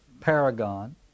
paragon